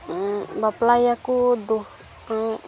ᱵᱟᱯᱞᱟᱭᱼᱭᱟᱠᱚ